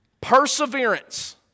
Perseverance